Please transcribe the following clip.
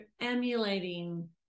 emulating